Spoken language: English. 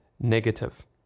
negative